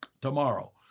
tomorrow